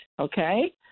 Okay